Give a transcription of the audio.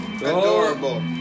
Adorable